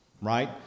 right